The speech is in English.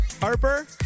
Harper